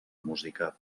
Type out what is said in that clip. música